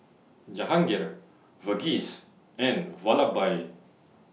Jahangir Verghese and Vallabhbhai